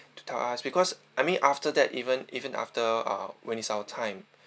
to tell us because I mean after that even even after uh when it's our time